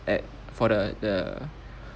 at for the the